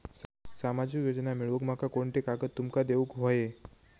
सामाजिक योजना मिलवूक माका कोनते कागद तुमका देऊक व्हये?